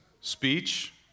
Speech